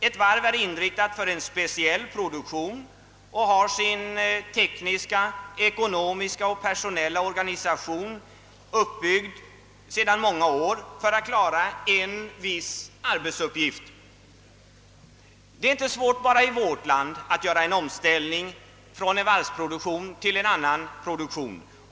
Ett varv är inriktat för en speciell produktion och har sin tekniska, ekonomiska och personella organisation uppbyggd sedan många år för att klara en viss arbetsuppgift. Det är inte bara i vårt land som det är svårt att ställa om från varvsproduktion till annan produktion.